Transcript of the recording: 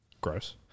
gross